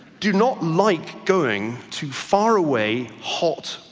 do not like going too far away hot,